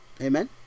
Amen